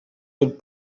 would